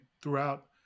throughout